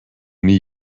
nie